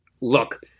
Look